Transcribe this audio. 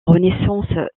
renaissance